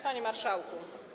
Panie Marszałku!